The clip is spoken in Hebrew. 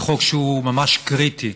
זה חוק שהוא ממש קריטי.